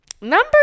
Number